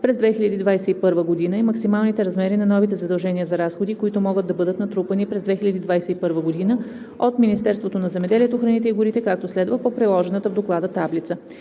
през 2021 г., и максималните размери на новите задължения за разходи, които могат да бъдат натрупани през 2021 г. от Министерството на земеделието, храните и горите, както следва – по приложената в Доклада таблица.